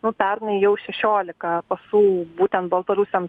nu pernai jau šešiolika pasų būtent baltarusiam